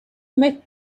met